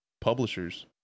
publishers